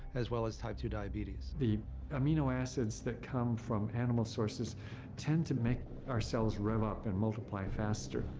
as well as type two diabetes. the amino acids that come from animal sources tend to make our cells rev up and multiply faster.